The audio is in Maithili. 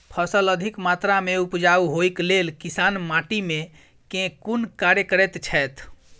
फसल अधिक मात्रा मे उपजाउ होइक लेल किसान माटि मे केँ कुन कार्य करैत छैथ?